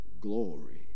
glory